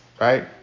right